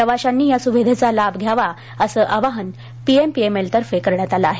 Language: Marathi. प्रवाशांनी या स्विधेचा लाभ घ्यावा असे आवाहन पीएमपीएमएल तर्फे करण्यात आले आहे